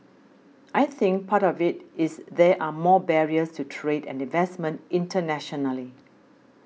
I think part of it is there are more barriers to trade and investment internationally